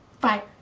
Bye